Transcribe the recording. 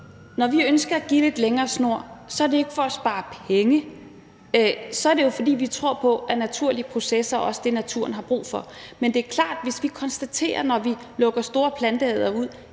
når vi ønsker at give lidt længere snor, er det ikke for at spare penge; så er det jo, fordi vi tror på, at naturlige processer også er det, naturen har brug for. Men det er klart, at hvis vi konstaterer, når vi lukker store planteædere ud,